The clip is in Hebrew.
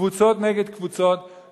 קבוצות נגד קבוצות,